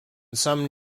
some